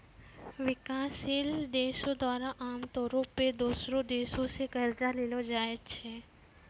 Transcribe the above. विकासशील देशो द्वारा आमतौरो पे दोसरो देशो से कर्जा लेलो जाय छै